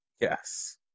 Yes